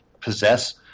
possess